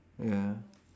ya